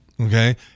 okay